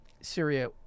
Syria